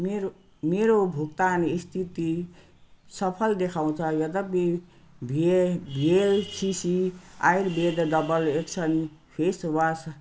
मेरो मेरो भुक्तान स्थिति सफल देखाउँछ यद्यपि भिए VLCC Ayurveda double action face वास